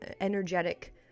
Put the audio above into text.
energetic